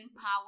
power